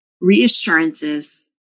reassurances